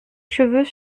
cheveux